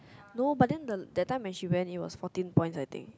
no but then the that time when she went in was fourteen points I think